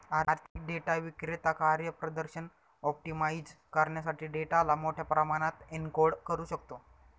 आर्थिक डेटा विक्रेता कार्यप्रदर्शन ऑप्टिमाइझ करण्यासाठी डेटाला मोठ्या प्रमाणात एन्कोड करू शकतो